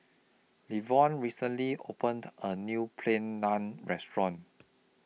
Levon recently opened A New Plain Naan Restaurant